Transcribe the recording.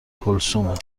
کلثومه